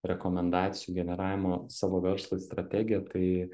rekomendacijų generavimo savo verslui strategiją tai